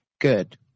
good